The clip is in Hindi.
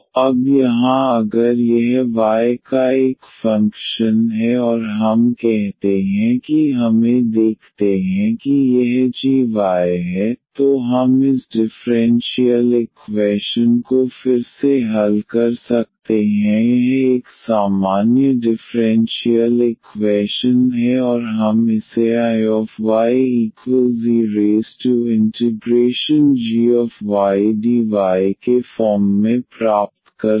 तो अब यहाँ अगर यह y का एक फंक्शन है और हम कहते हैं कि हमें देखते हैं कि यह gy है तो हम इस डिफ़्रेंशियल इक्वैशन को फिर से हल कर सकते हैं यह एक सामान्य डिफ़्रेंशियल इक्वैशन है और हम इसे Iye∫gydyके फॉर्म में प्राप्त कर सकते हैं